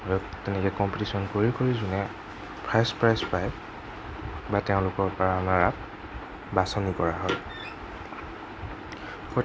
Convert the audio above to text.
তেনেকে কম্পিটিচন কৰি যোনে ফাৰ্ষ্ট প্ৰাইজ পায় বা তেওঁলোকৰ পৰা ৰাণাৰআপ বাচনি কৰা হয়